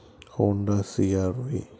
Honda C R V